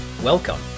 Welcome